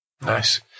Nice